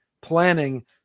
planning